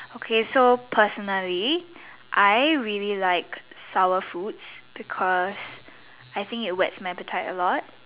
okay so personally I really like sour fruits because I think it wets my appetite a lot